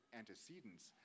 antecedents